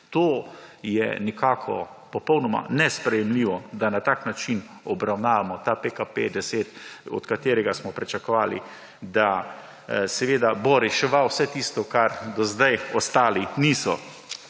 to je nekako popolnoma nesprejemljivo, da na tak način obravnavamo ta PKP10, od katerega smo pričakovali, da seveda bo reševal vse tisto, kar do zdaj ostali niso.